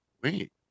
wait